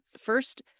First